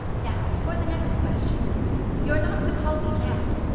now for the next question you're not to call me ma'am.